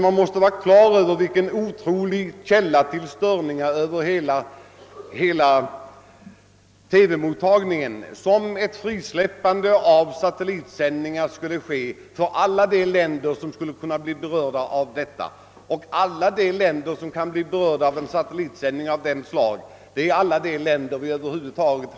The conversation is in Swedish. Man måste ha klart för sig vilken oerhörd källa till störningar över hela TV mottagningen som ett frisläppande av satellitsändningar skulle bli för de länder som skulle bli berörda — och det är alla länder som finns i världen.